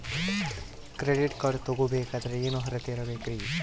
Credit card ತೊಗೋ ಬೇಕಾದರೆ ಏನು ಅರ್ಹತೆ ಇರಬೇಕ್ರಿ?